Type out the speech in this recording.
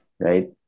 Right